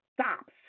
stops